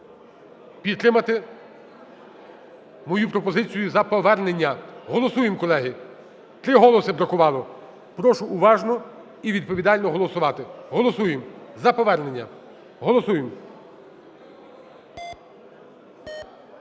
підтримати мою пропозицію за повернення. Голосуємо, колеги. Три голоси бракувало. Прошу уважно і відповідально голосувати. Голосуємо за повернення, голосуємо.